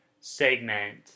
segment